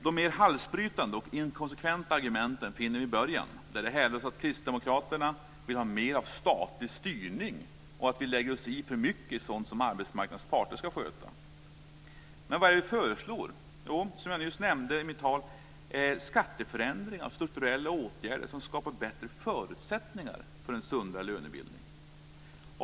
De mer halsbrytande och inkonsekventa argumenten finner vi i början, där det hävdas att vi kristdemokrater vill ha mer av statlig styrning och att vi lägger oss i för mycket i sådant som arbetsmarknadens parter ska sköta. Men vad är det vi föreslår? Jo, det är, som jag nyss nämnde i mitt tal, skatteförändringar och strukturella åtgärder som skapar bättre förutsättningar för en sundare lönebildning.